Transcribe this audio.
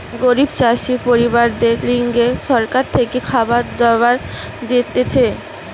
গরিব চাষি পরিবারদের লিগে সরকার থেকে খাবার দাবার দিতেছে